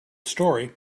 story